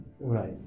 Right